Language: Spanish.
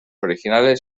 originales